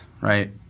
right